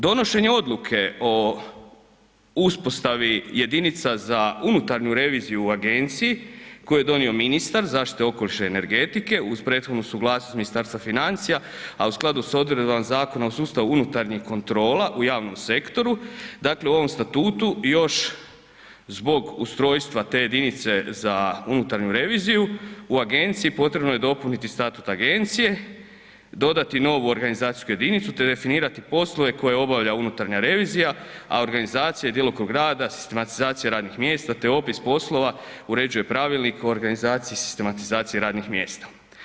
Donošenje odluke o uspostavi jedinica za unutarnju reviziju u agenciji koje je donio ministar zaštite okoliša i energetike uz prethodnu suglasnost Ministarstva financija a u skladu s odredbama Zakona o sustavu unutarnjih kontrola u javnom sektoru, dakle ovom statutu još zbog ustrojstva te jedinice za unutarnju reviziju u agenciji, potrebno je dopuniti statut agencije, dodati novu organizacijsku jedinicu te definirati poslove koje obavlja unutarnja revizija a organizacija i djelokrug rada, sistematizacija radnih mjesta te opis poslova uređuje pravilnik o organizaciji i sistematizaciji radnih mjesta.